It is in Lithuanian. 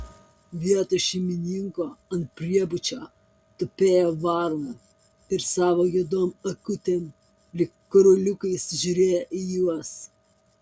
vietoj šeimininko ant priebučio tupėjo varna ir savo juodom akutėm lyg karoliukais žiūrėjo į juos